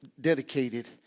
dedicated